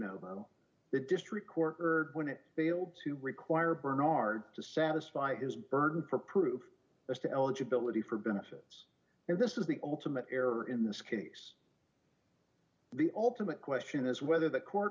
deny the district court or when it failed to require bernard to satisfy his burden for proof as to eligibility for benefits and this is the ultimate error in this case the ultimate question is whether the court